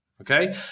Okay